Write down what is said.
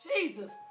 Jesus